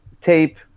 tape